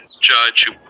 judge